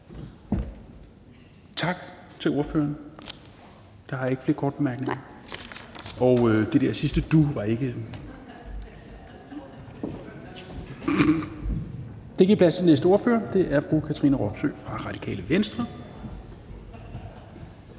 Tak til ordføreren. Der er ikke flere korte bemærkninger. Og det sidste »du« var ikke efter reglerne. Det gav plads til næste ordfører. Det er fru Katrine Robsøe fra Radikale Venstre.